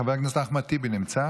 חבר הכנסת אחמד טיבי נמצא?